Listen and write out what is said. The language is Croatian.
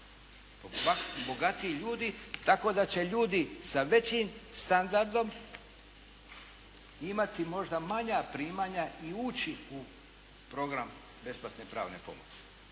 Bogatiji ljudi, tako da će ljudi sa većim standardom imati možda manja primanja i ući u program besplatne pravne pomoći.